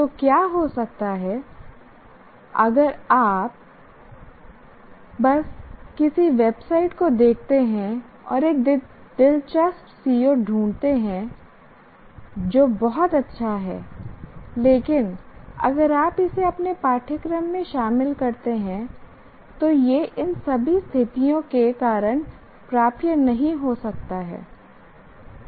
तो क्या हो सकता है अगर आप बस किसी वेबसाइट को देखते हैं और एक दिलचस्प CO ढूंढते हैं जो बहुत अच्छा है लेकिन अगर आप इसे अपने पाठ्यक्रम में शामिल करते हैं तो यह इन सभी स्थितियों के कारण प्राप्य नहीं हो सकता है